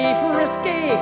frisky